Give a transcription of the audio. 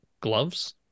gloves